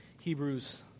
Hebrews